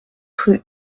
rue